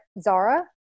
Zara